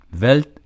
wealth